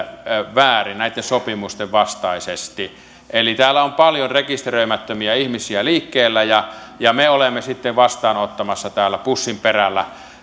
väärin näitten sopimusten vastaisesti täällä on paljon rekisteröimättömiä ihmisiä liikkeellä ja ja me olemme sitten vastaanottamassa täällä pussin perällä